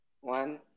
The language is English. One